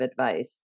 advice